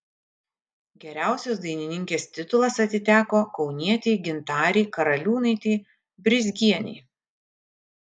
geriausios dainininkės titulas atiteko kaunietei gintarei karaliūnaitei brizgienei